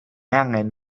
angen